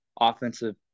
offensive